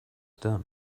done